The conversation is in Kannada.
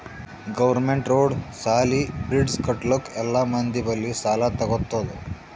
ಗೌರ್ಮೆಂಟ್ ರೋಡ್, ಸಾಲಿ, ಬ್ರಿಡ್ಜ್ ಕಟ್ಟಲುಕ್ ಎಲ್ಲಾ ಮಂದಿ ಬಲ್ಲಿ ಸಾಲಾ ತಗೊತ್ತುದ್